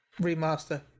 remaster